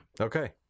Okay